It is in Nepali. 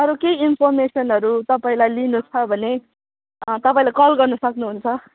अरू केही इन्फर्मेसनहरू तपाईँलाई लिनु छ भने तपाईँले कल गर्नु सक्नुहुन्छ